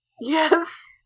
Yes